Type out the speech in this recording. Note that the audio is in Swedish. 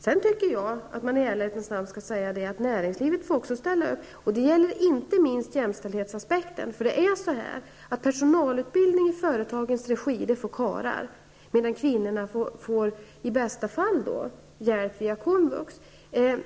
Jag tycker vidare att man i ärlighetens namn skall säga att också näringslivet får ställa upp. Det gäller inte minst beträffande jämställdhetsaspekten. Det är så här: personalutbildning i företagens regi är något som karlar får, medan kvinnor i bästa fall får hjälp via komvux.